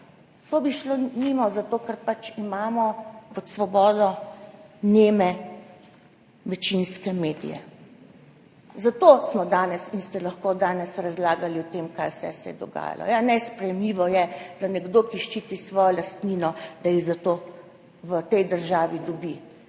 To bi šlo mimo, zato ker imamo pač pod Svobodo neme večinske medije, zato smo in ste lahko danes razlagali o tem, kaj vse se je dogajalo. Nesprejemljivo je, da jih nekdo, ki ščiti svojo lastnino, zato v tej državi dobi